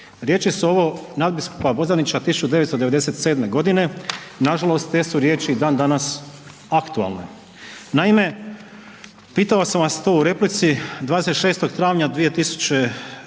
Riječi su ovo nadbiskupa Bozanića 1997. godine, nažalost te su riječi i dan danas aktualne. Naime, pitao sam vas to u replici 26. travnja 1990.